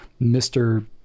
Mr